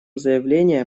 заявление